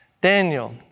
Daniel